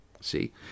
see